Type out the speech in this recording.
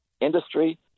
industry